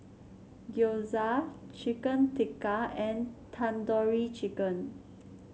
Gyoza Chicken Tikka and Tandoori Chicken